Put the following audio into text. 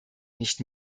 nicht